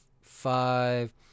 five